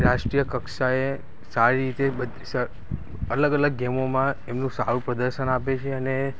રાષ્ટ્રીય કક્ષા એ સારી રીતે બ સ અલગ અલગ ગેમોમાં એમનું સારું પ્રદર્શન આપે છે અને